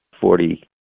Forty